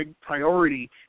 priority